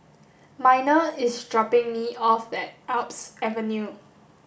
Miner is dropping me off at Alps Avenue